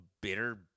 bitter